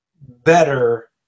better